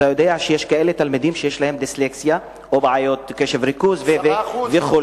אתה יודע שיש תלמידים שיש להם דיסלקציה או בעיות קשב-ריכוז וכו',